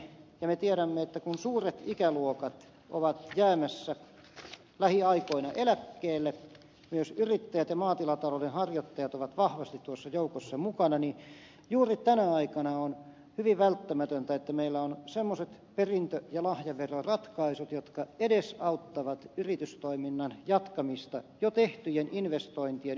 ja me tiedämme että kun suuret ikäluokat ovat jäämässä lähiaikoina eläkkeelle ja myös yrittäjät ja maatilatalouden harjoittajat ovat vahvasti tuossa joukossa mukana niin juuri tänä aikana on hyvin välttämätöntä että meillä on semmoiset perintö ja lahjaveroratkaisut jotka edesauttavat yritystoiminnan jatkamista jo tehtyjen investointien hyväksikäyttöä ja hyödyntämistä